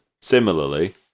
Similarly